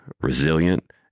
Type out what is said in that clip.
resilient